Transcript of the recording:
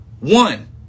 One